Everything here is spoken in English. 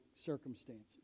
circumstances